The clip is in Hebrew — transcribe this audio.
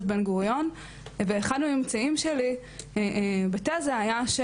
בן גוריון ואחד מהממצאים שלי בתזה היה,